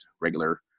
regular